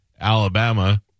Alabama